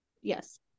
Yes